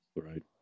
Right